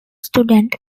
students